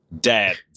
dad